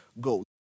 go